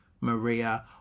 maria